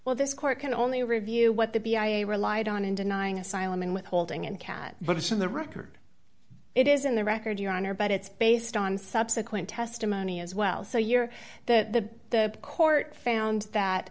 well this court can only review what the b i relied on in denying asylum and withholding and cat but it's on the record it is in the record your honor but it's based on subsequent testimony as well so your the court found that